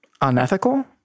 unethical